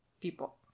people